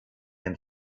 and